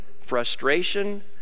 frustration